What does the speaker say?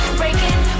breaking